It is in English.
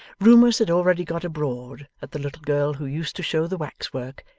rumours had already got abroad that the little girl who used to show the wax-work,